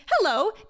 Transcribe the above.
Hello